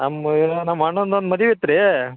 ನಮ್ಮ ನಮ್ಮ ಅಣ್ಣಂದೊಂದು ಮದ್ವಿ ಐತಿ ರೀ